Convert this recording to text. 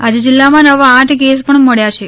આજે જિલ્લામાં નવા આઠ કેસ પણ મળ્યા છે